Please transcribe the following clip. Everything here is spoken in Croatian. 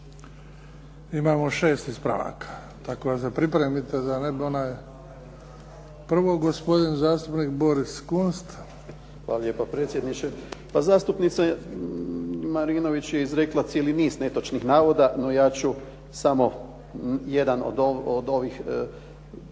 Imamo 6 ispravaka. Tako da se pripremite. Prvo gospodin zastupnik Boris Kunst. **Kunst, Boris (HDZ)** Hvala lijepo predsjedniče. Pa zastupnica Marinović je izrekla cijeli niz netočnih navoda. No, ja ću samo jedna od ovih citirati.